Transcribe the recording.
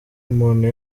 umuntu